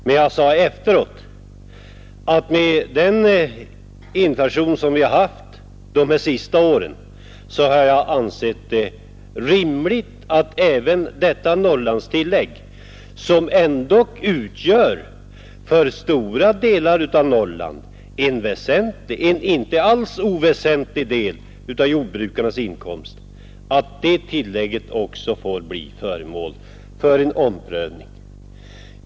Men jag sade efteråt att med tanke på den inflation som vi har haft de senaste åren har jag ansett det rimligt att detta Norrlandstillägg, som 29 ändock på många håll i Norrland utgör en inte alls oväsentlig del av jordbrukarnas inkomst, också får bli föremål för en uppräkning.